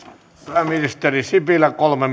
pääministeri sipilä kolme